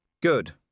Good